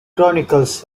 chronicles